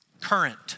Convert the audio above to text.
current